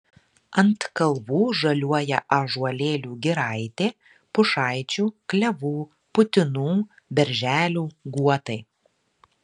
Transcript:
ant kalvų žaliuoja ąžuolėlių giraitė pušaičių klevų putinų berželių guotai